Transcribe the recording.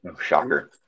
Shocker